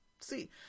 see